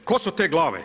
Tko su te glave?